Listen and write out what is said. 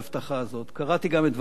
קראתי גם את דבריך בעיתונות,